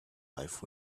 life